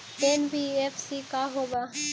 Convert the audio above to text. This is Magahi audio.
एन.बी.एफ.सी का होब?